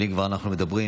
אם כבר אנחנו מדברים,